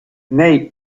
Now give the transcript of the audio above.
nei